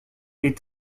est